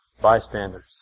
bystanders